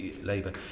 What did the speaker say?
Labour